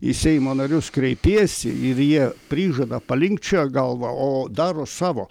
į seimo narius kreipiesi ir jie prižada palinkčioja galvą o daro savo